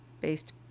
based